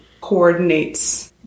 coordinates